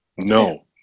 No